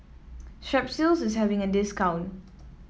Strepsils is having a discount